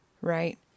right